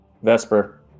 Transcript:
Vesper